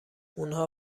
اونها